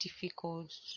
difficult